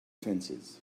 fences